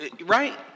right